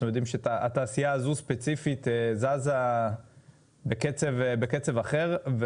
יודעים שהתעשייה הזו ספציפית זזה בקצב אחר.